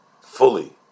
fully